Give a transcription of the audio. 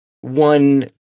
one